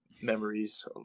memories